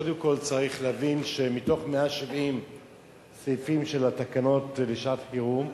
קודם כול צריך להבין שמתוך 170 סעיפים של התקנות לשעת-חירום,